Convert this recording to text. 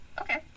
Okay